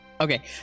Okay